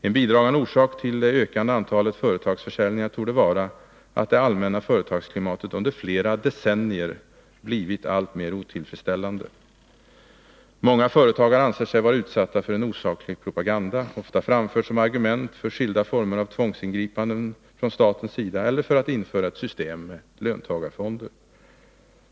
En bidragande orsak till det ökande antalet företagsförsäljningar torde vara att det allmänna företagsklimatet under flera decennier blivit alltmer otillfredsställande. Många företagare anser sig vara utsatta för en osaklig propaganda, ofta framförd som argument för skilda former av tvångsingripanden från statens sida eller för att införa ett system med ”löntagarfonder”.